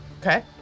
Okay